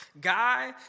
Guy